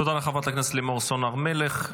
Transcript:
תודה לחברת הכנסת לימור סון הר מלך.